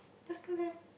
just tell them